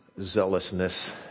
zealousness